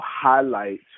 highlight